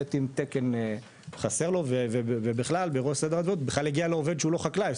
עם תקן שחסר לו ומראש בכלל הגיע לו עובד שהוא לא חקלאי,